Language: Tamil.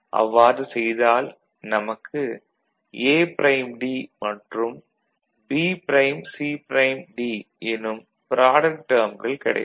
அவ்வாறு செய்தால் நமக்கு A ப்ரைம் D மற்றும் B prime C prime D எனும் ப்ராடக்ட் டேர்ம்கள் கிடைக்கும்